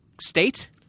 state